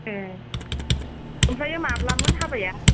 ए ओमफ्राय माब्लामोन हाबाया